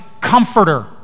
comforter